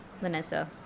Vanessa